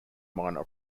minor